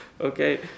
Okay